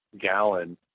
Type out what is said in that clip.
gallon